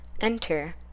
enter